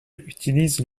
utilisent